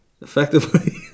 Effectively